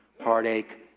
heartache